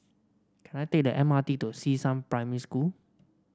can I take the M R T to Xishan Primary School